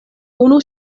unu